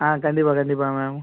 ஆ கண்டிப்பாக கண்டிப்பாக மேம்